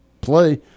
play